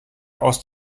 aus